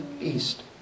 east